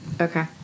Okay